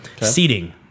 seating